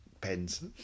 pens